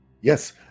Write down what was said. yes